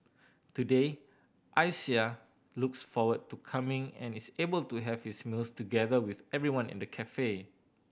today Isaiah looks forward to coming and is able to have his meals together with everyone in the cafe